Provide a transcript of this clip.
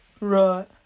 right